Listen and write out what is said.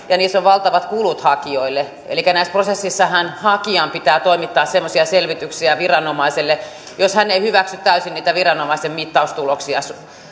ja niistä on valtavat kulut hakijoille elikkä näissä prosesseissahan hakijan pitää toimittaa semmoisia selvityksiä viranomaiselle jos hän ei hyväksy täysin niitä viranomaisen mittaustuloksia